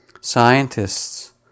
Scientists